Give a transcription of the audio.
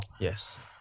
yes